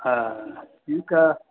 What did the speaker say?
हा ठीकु आहे